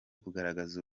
kugaragaza